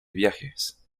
viajes